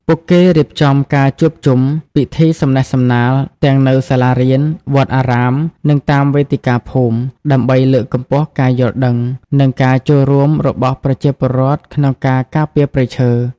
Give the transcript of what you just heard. ពួកគេរៀបចំការជួបជុំ ពិធីសំណេះសំណាល ទាំងនៅសាលារៀន វត្តអារាម និងតាមវេទិកាភូមិ ដើម្បីលើកកម្ពស់ការយល់ដឹង និងការចូលរួមរបស់ប្រជាពលរដ្ឋក្នុងការការពារព្រៃឈើ។